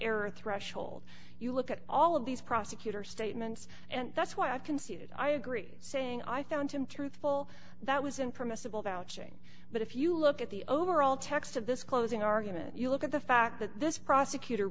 error threshold you look at all of these prosecutors statements and that's why i conceded i agree saying i found him truthful that was in permissible vouching but if you look at the overall text of this closing argument you look at the fact that this prosecutor